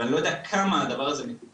ואני לא יודע כמה הדבר הזה מתוקצב,